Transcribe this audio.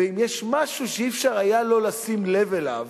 ואם יש משהו שאי-אפשר היה לא לשים לב אליו,